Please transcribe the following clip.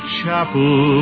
chapel